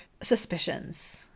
suspicions